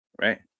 right